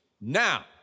now